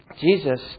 Jesus